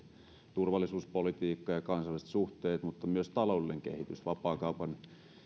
turvallisuuspolitiikka ja kansainväliset suhteet mutta myös taloudellinen kehitys vapaakaupan